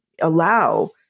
allow